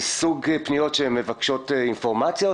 זה סוג של פניות שמבקשות אינפורמציה?